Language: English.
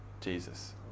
Jesus